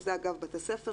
שזה אגב בתי ספר,